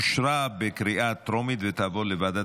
אושרה בקריאה טרומית ותעבור לוועדת